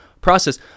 process